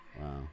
wow